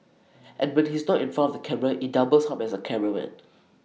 and when he's not in front of the camera he doubles up as A cameraman